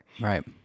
Right